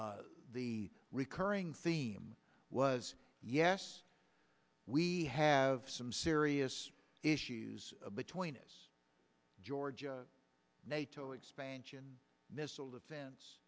the recurring theme was yes we have some serious issues between us georgia nato expansion missile defen